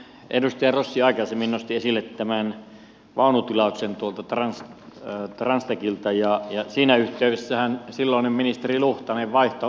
edustaja rossi aikaisemmin nosti esille vaunutilauksen tuolta transtechiltä ja siinä yhteydessähän silloinen ministeri luhtanen vaihtoi vrn hallituksen